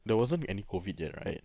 there wasn't be any COVID yet right